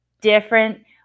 different